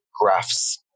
graphs